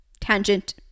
Tangent